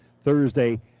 Thursday